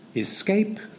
Escape